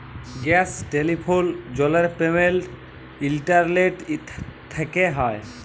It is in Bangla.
গ্যাস, টেলিফোল, জলের পেমেলট ইলটারলেট থ্যকে হয়